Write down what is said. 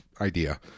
idea